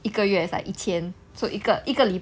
一个月 is like 一千 so 一个一个礼